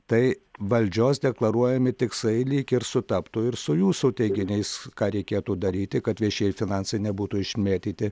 tai valdžios deklaruojami tikslai lyg ir sutaptų ir su jūsų teiginiais ką reikėtų daryti kad viešieji finansai nebūtų išmėtyti